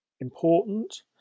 important